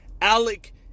Alec